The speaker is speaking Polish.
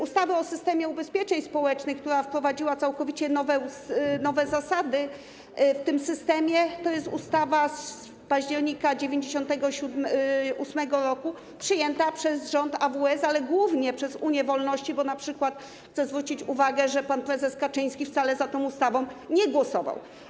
Ustawa o systemie ubezpieczeń społecznych, która wprowadziła całkowicie nowe zasady w tym systemie, to jest ustawa z października 1998 r. przyjęta przez rząd AWS, ale głównie przez Unię Wolności, bo np. chcę zwrócić uwagę, że pan prezes Kaczyński wcale za tą ustawą nie głosował.